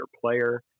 player